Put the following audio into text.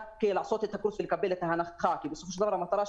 לא יכולה כל כך --- זה נושא שכבר נדון.